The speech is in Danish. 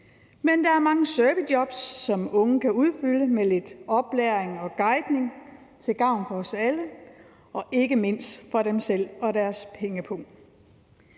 Men der er mange servicejobs, som unge kan udfylde med lidt oplæring og guidning til gavn for os alle og ikke mindst for dem selv og deres pengepung.